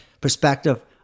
perspective